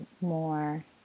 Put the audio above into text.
more